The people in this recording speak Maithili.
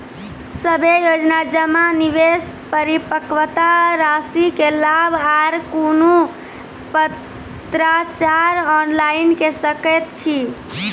सभे योजना जमा, निवेश, परिपक्वता रासि के लाभ आर कुनू पत्राचार ऑनलाइन के सकैत छी?